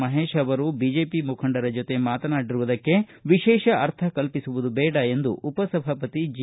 ಮಹೇಶ್ ಅವರು ಬಿಜೆಪಿ ಮುಖಂಡರ ಜೊತೆ ಮಾತನಾಡಿರುವುದಕ್ಕೆ ವಿಶೇಷ ಅರ್ಥ ಕಲ್ಪಿಸುವುದು ಬೇಡ ಎಂದು ಉಪ ಸಭಾಪತಿ ಜೆ